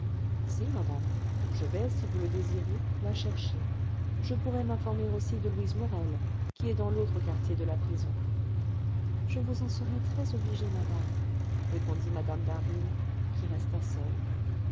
si madame je vais si vous le désirez la chercher je pourrai m'informer aussi de louise morel qui est dans l'autre quartier de la prison je vous en serai très obligée madame répondit mme d'harville qui resta seule